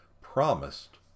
promised